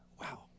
Wow